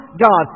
God